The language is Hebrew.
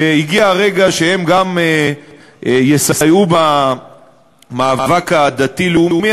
שהגיע הרגע שגם הם יסייעו במאבק הדתי-לאומי